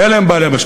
אדוני.